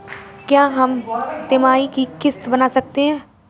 क्या हम तिमाही की किस्त बना सकते हैं?